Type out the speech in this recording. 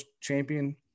Champion